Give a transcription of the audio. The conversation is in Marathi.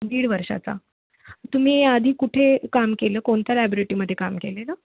दीड वर्षाचा तुम्ही याआधी कुठे काम केलं कोणत्या लायब्रेटीमध्ये काम केलेलं